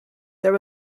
there